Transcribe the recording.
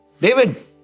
David